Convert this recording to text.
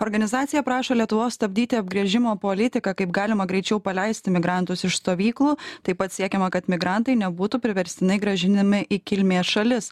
organizacija prašo lietuvos stabdyti apgręžimo politiką kaip galima greičiau paleisti migrantus iš stovyklų taip pat siekiama kad migrantai nebūtų priverstinai grąžinami į kilmės šalis